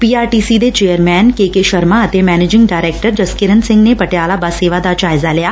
ਪੀ R T C ਦੇ chairman K K Sharma ਅਤੇ managing director Jaskiran Singh ਨੇ ਪਟਿਆਲਾ ਬੱਸ ਸੇਵਾ ਦਾ ਜਾਇਜ਼ਾ ਲਿਆ